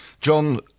John